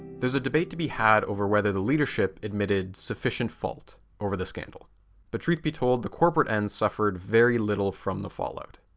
there's a debate to be had over whether the leadership admitted sufficient fault over the scandal but truth be told the corporate end suffered very little from the fallout.